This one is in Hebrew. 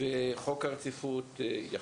וחוק הרציפות יחול.